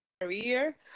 career